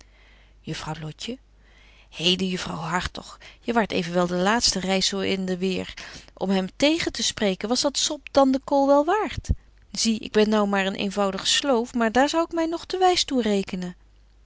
juffrouw lotje heden juffrouw hartog je waart evenwel de laatste reis zo in de weer om hem tegen te spreken was dat sop dan de kool wel waart zie ik ben nou maar een eenvoudige sloof maar daar zou ik my nog te wys toe rekenen